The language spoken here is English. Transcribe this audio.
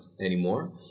anymore